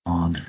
on